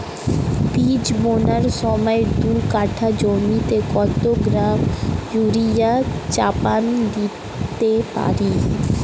বীজ বোনার সময় দু কাঠা জমিতে কত গ্রাম ইউরিয়া চাপান দিতে পারি?